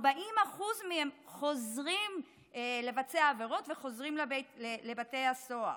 40% מהם חוזרים לבצע עבירות וחוזרים לבתי הסוהר.